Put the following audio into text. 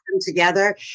together